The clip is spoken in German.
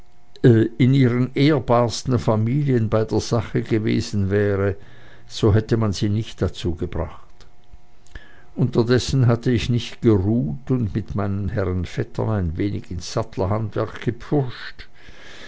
in ihren ehrbarsten familien bei der sache gewesen wäre so hätte man sie nicht dazu gebracht unterdessen hatte ich nicht geruht und mit meinen herren vettern ein wenig ins sattlerhandwerk gepfuscht